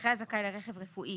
נכה הזכאי לרכב רפואי